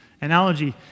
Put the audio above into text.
analogy